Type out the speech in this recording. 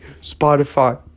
Spotify